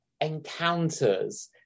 encounters